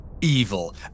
evil